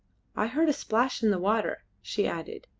i heard a splash in the water, she added.